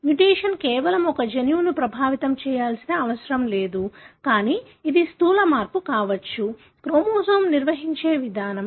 mutation కేవలం ఒక జన్యువును ప్రభావితం చేయాల్సిన అవసరం లేదు కానీ ఇది స్థూల మార్పు కావచ్చు క్రోమోజోమ్ నిర్వహించే విధానం